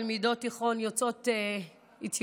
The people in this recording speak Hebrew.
כמה תלמידות תיכון יוצאות אתיופיה,